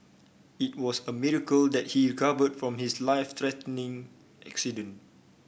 it was a miracle that he recovered from his life threatening accident